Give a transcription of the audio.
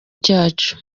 cyacu